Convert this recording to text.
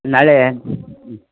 ನಾಳೆ